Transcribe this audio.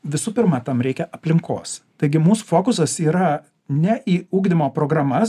visų pirma tam reikia aplinkos taigi mūsų fokusas yra ne į ugdymo programas